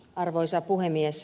arvoisa puhemies